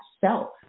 self